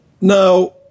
Now